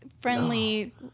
friendly